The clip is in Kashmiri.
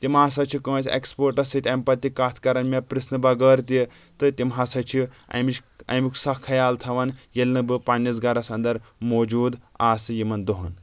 تِم ہسا چھِ کٲنٛسہِ ایٚکٕسپٲٹٕس سۭتۍ اَمہِ پتہٕ تہِ کتھ کران مےٚ پرٛژھنہٕ بغٲر تہِ تہٕ تِم ہسا چھِ اَمچ امیُک سخ خیال تھوان ییٚلہِ نہٕ بہٕ پنٕنِس گرس انٛدر موٗجوٗد آسہٕ یِمن دۄہن